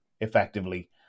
effectively